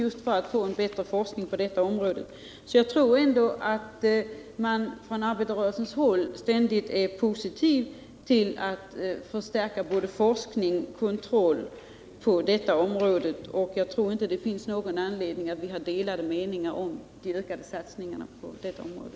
Man har inom arbetarrörelsen hela tiden varit positiv till att förstärka både forskning och kontroll på detta område. Jag tror därför inte att det finns någon anledning att tala om delade meningar när det gäller värdet av ökade satsningar på detta område.